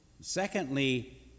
secondly